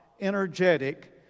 energetic